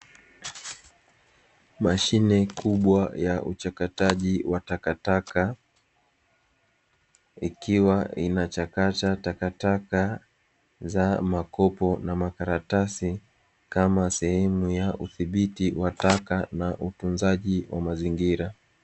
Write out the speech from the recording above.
Mashine kubwa ya uchakataji wa takataka likiwa linachakata takakata za makopo na makaratasi kama sehemu ya udhibiti wa taka na utunzaji wa mazingira.